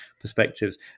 perspectives